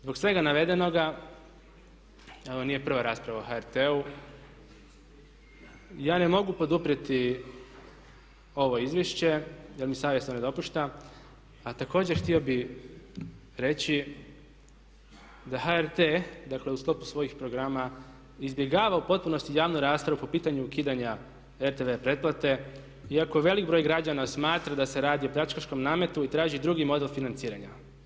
Zbog svega navedenoga, ovo nije prva rasprava o HRT-u, ja ne mogu podru prijeti ovo izvješće jer mi savjest to ne dopušta a također htio bih reći da HRT, dakle u sklopu svojih programa izbjegava u potpunosti javnu raspravu po pitanju ukidanja RTV pretplate iako veliki broj građana smatra da se radi o pljačkaškom nametu i traži drugi model financiranja.